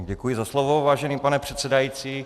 Děkuji za slovo, vážený pane předsedající.